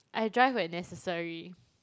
I drive when necessary